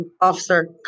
officer